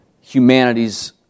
humanity's